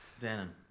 Denim